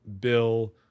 bill